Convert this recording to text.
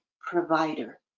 provider